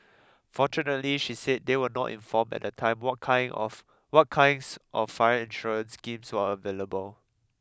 fortunately she said they were not informed at the time what kind of what kinds of fire insurance schemes are available